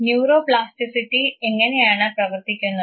neuro plasticity എങ്ങനെയാണ് പ്രവർത്തിക്കുന്നത്